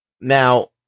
now